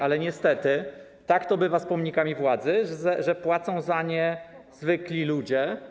Ale niestety tak to bywa z pomnikami władzy, że płacą za nie zwykli ludzie.